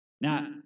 Now